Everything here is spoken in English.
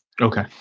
Okay